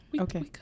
Okay